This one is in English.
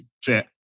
chat